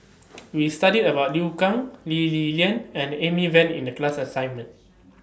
We studied about Liu Kang Lee Li Lian and Amy Van in The class assignment